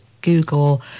google